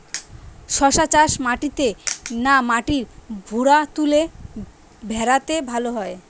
শশা চাষ মাটিতে না মাটির ভুরাতুলে ভেরাতে ভালো হয়?